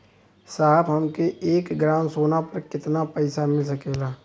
साहब हमके एक ग्रामसोना पर कितना पइसा मिल सकेला?